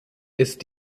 ist